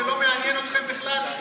זה לא מעניין אתכם בכלל?